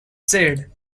said